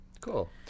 Cool